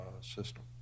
system